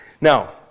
Now